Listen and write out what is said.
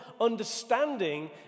understanding